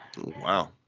Wow